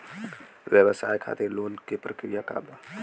व्यवसाय खातीर लोन के प्रक्रिया का बा?